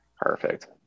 Perfect